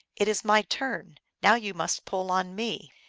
it is my turn now you must pull on me!